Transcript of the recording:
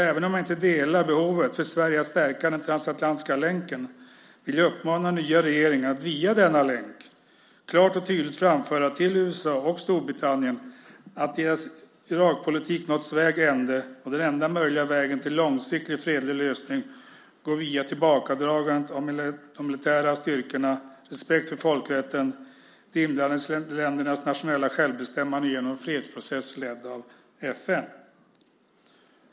Även om jag inte delar uppfattningen om behovet för Sverige att stärka den transatlantiska länken vill jag uppmana den nya regeringen att via denna länk klart och tydligt framföra till USA och Storbritannien att deras Irakpolitik nått vägs ände och att den enda möjliga vägen till långsiktig och fredlig lösning går via tillbakadragandet av de militära styrkorna, respekt för folkrätten och landets nationella självbestämmande med hjälp av en fredsprocess ledd av FN.